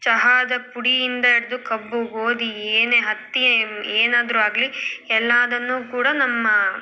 ಚಹಾದ ಪುಡಿಯಿಂದ ಹಿಡ್ದು ಕಬ್ಬು ಗೋಧಿ ಏನೇ ಹತ್ತಿ ಏನಾದರೂ ಆಗಲಿ ಎಲ್ಲದನ್ನೂ ಕೂಡ ನಮ್ಮ